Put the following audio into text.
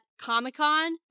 Comic-Con